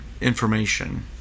information